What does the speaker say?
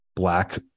black